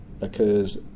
occurs